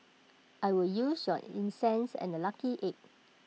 I will use your incense and A lucky egg